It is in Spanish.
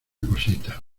cosita